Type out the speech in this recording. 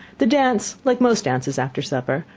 the dance, like most dances after supper,